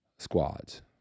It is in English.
Squads